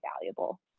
valuable